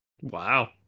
Wow